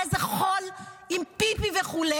על איזה חול עם פיפי וכו'.